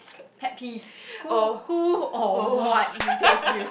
pet peeve who who or what irritates you